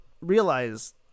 Realize